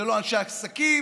זה לא אנשי העסקים,